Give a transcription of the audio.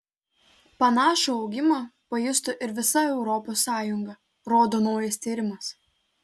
panašų augimą pajustų ir visa europos sąjunga rodo naujas tyrimas